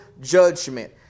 judgment